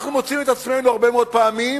אנחנו מוצאים את עצמנו הרבה מאוד פעמים